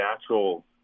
natural